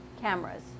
cameras